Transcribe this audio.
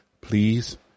please